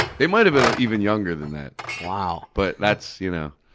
they might have been even younger than that. wow. but that's you know.